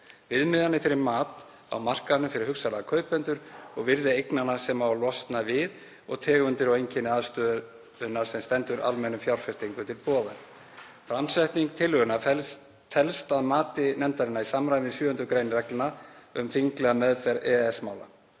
viðmiðanir fyrir mat á markaðnum fyrir hugsanlega kaupendur og virði eignanna sem á að losna við og tegundir og einkenni aðstöðunnar sem stendur almennum fjárfestum til boða. Framsetning tillögunnar telst að mati nefndarinnar í samræmi við 7. gr. reglna um þinglega meðferð EES-mála.